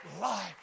life